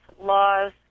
laws